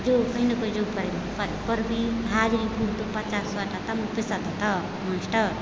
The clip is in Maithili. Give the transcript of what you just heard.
जो कहि नहि कहिने पहिले पाइ पढ़बिहि हाजरी पुरतौ पचास टाका तब ने पैसा देतौ मास्टर